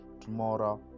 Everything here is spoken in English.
tomorrow